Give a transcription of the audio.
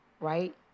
right